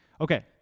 Okay